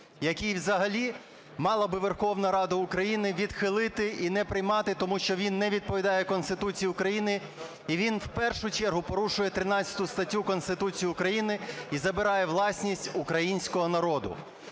який взагалі мали би Верховна Рада України відхилити і не приймати, тому що він не відповідає Конституції України і він в першу чергу порушує 13 статтю Конституції України і забирає власність українського народу.